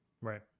right